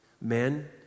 Men